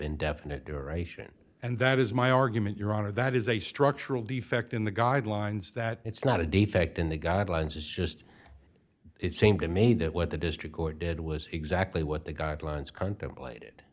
indefinite duration and that is my argument your honor that is a structural defect in the guidelines that it's not a defect in the guidelines it's just it seemed to me that what the district court did was exactly what the guidelines contemplated